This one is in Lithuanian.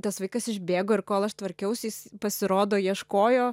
tas vaikas išbėgo ir kol aš tvarkiausi jis pasirodo ieškojo